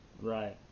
Right